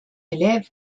élève